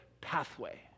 pathway